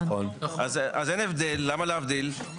אז אין הבדל, למה להבדיל?